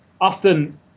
often